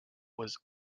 was